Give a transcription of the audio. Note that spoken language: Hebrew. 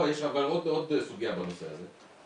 לא, יש עוד סוגיה בנושא הזה.